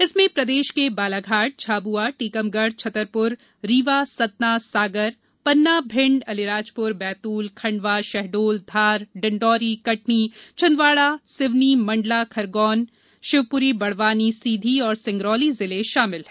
इसमें प्रदेश के बालाघाट झाबुआ टीकमगढ़ छतरपुर रीवा सतना सागर पन्ना भिंड अलीराजपुर बैतूल खंडवा शहडोल धार डिंडौरी कटनी छिंदवाड़ा सिवनी मंडला खरगोन शिवपुरी बड़वानी सीधी और सिंगरौली जिले शामिल है